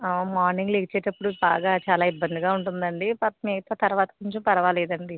morning లెచేటప్పుడు బాగా చాలా ఇబ్బందిగా ఉంటుందండి కాస్త మిగతా తరువాత కొంచెం పర్వాలేదండి